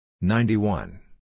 ninety-one